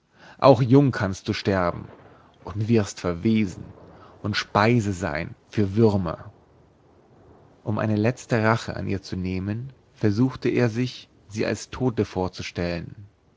auch jung kannst du sterben und wirst verwesen und speise sein für würmer um eine letzte rache an ihr zu nehmen versuchte er sich sie als tote vorzustellen